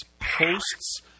posts